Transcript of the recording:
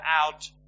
out